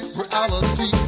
reality